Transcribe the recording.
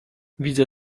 widzę